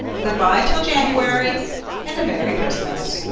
goodbye till january and a merry christmas!